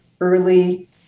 early